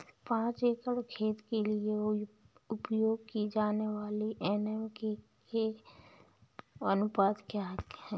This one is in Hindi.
पाँच एकड़ खेत के लिए उपयोग की जाने वाली एन.पी.के का अनुपात क्या है?